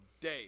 day